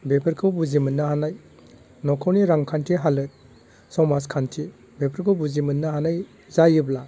बेफोरखौ बुजि मोननो हानाय न'खरनि रांखान्थि हालोद समाजखान्थि बेफोरखौ बुजिमोननो हानाय जायोब्ला